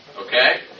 Okay